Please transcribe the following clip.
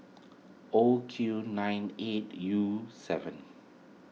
O Q nine eight U seven